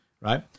right